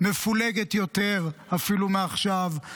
מפולגת יותר אפילו מעכשיו,